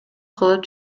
кылып